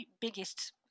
biggest